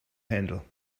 handle